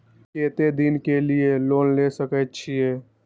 केते दिन के लिए लोन ले सके छिए?